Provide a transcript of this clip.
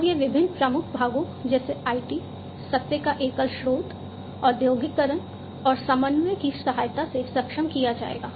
और यह विभिन्न प्रमुख भागों जैसे आईटी सत्य का एकल स्रोत औद्योगीकरण और समन्वय की सहायता से सक्षम किया जाएगा